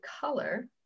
color